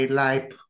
life